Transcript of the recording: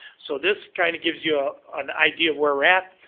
so this kind of gives you ah an idea of where we're at.